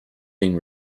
being